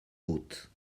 hôte